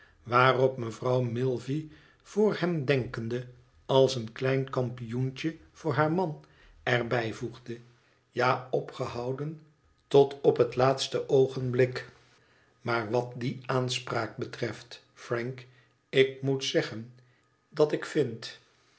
waarop mevrouw milvey voor hem denkende als een klein kampioentje voor haar mad er bij voegde ja opgehouden op het laatste oogenblik maar wat die aanspraak betreft frank ik moet zeggen dat ik vind